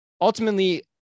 ultimately